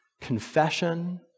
confession